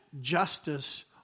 justice